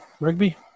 Rugby